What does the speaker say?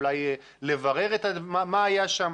אולי לברר מה היה שם.